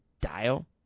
dial